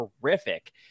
terrific